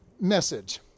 message